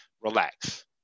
Relax